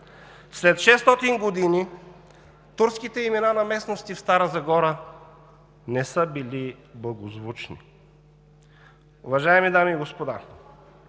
След 600 години турските имена на местности в Стара Загора не са били благозвучни. Уважаеми дами и господа,